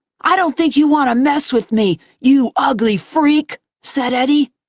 i don't think you want to mess with me, you ugly freak, said eddie.